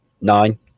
Nine